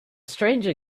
stranger